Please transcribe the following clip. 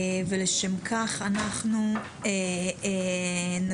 ולשם כך, אנחנו נתחיל.